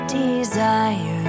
desire